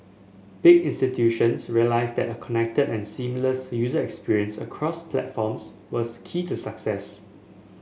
big institutions realised that a connected and seamless user experience across platforms was key to success